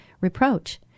reproach